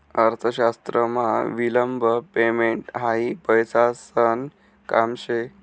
अर्थशास्त्रमा विलंब पेमेंट हायी पैसासन काम शे